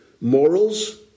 morals